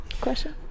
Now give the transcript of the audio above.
question